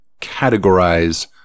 categorize